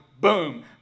boom